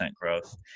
growth